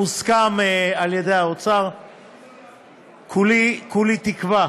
כולי תקווה